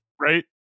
Right